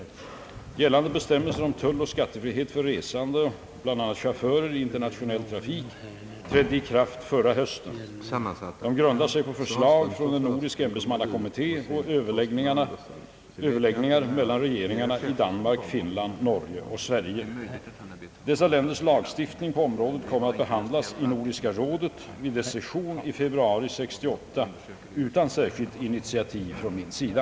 Gällande bestämmelser om tulloch skattefrihet för resande och bl.a. chaufförer i internationell trafik, trädde i kraft förra hösten. De grundar sig på förslag från en nordisk ämbetsmannakommitté och överläggningar mellan regeringarna i Danmark, Finland, Norge och Sverige. Dessa länders lagstiftning på området kommer att behandlas i Nordiska rådet vid dess session i februari 1968 utan särskilt initiativ från min sida.